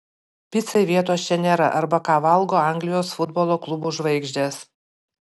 picai vietos čia nėra arba ką valgo anglijos futbolo klubų žvaigždės